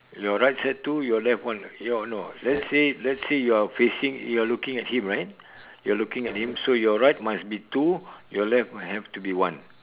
your right side two your left one your no let's say let's say you are facing you are looking at him right you are looking at him so your right must be two your left must have to be one